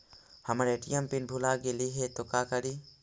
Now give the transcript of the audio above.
हमर ATM pin भूला गेली हे, तो का करि?